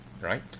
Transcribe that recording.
right